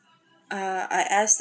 uh I ask